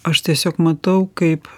aš tiesiog matau kaip